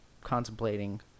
contemplating